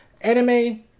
anime